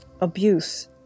abuse